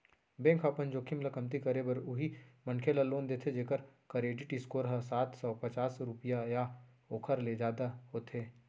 bank ह अपन जोखिम ल कमती करे बर उहीं मनखे ल लोन देथे जेखर करेडिट स्कोर ह सात सव पचास रुपिया या ओखर ले जादा होथे